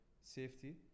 safety